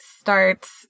starts